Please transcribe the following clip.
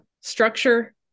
structure